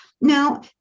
Now